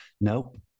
nope